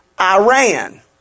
Iran